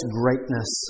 greatness